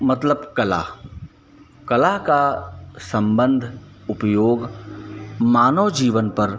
मतलब कला कला का सम्बन्ध उपयोग मानव जीवन पर